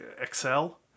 excel